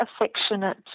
affectionate